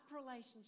relationship